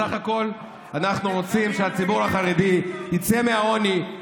בסך הכול אנחנו רוצים שהציבור החרדי יצא מהעוני,